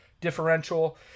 differential